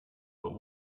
but